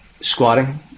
squatting